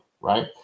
right